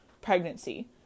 pregnancy